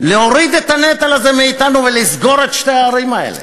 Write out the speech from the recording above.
להוריד את הנטל הזה מאתנו ולסגור את שתי הערים האלה.